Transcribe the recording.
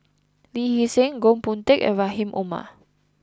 Lee Hee Seng Goh Boon Teck and Rahim Omar